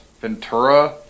ventura